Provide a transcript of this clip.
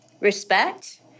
respect